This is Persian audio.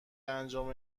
انجام